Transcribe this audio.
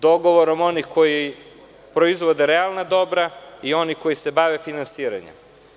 Dogovorom onih koji proizvode realna dobra i onih koji se bave finansiranjem.